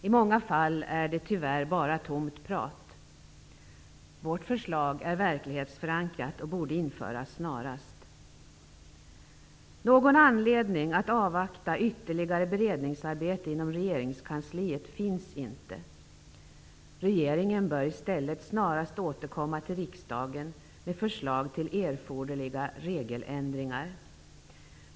I många fall är det tyvärr bara tomt prat. Vårt förslag är verklighetsförankrat och borde genomföras snarast. Någon anledning att avvakta ytterligare beredningsarbete inom regeringskansliet finns inte. Regeringen bör i stället snarast återkomma till riksdagen med förslag till erforderliga regeländringar.